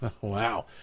Wow